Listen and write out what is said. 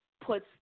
puts